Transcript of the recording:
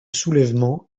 soulèvement